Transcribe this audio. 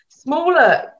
Smaller